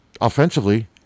offensively